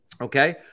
Okay